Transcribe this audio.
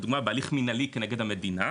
לדוגמא בהליך מנהלי כנגד המדינה,